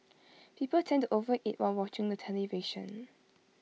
people tend to overeat while watching the television